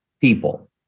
people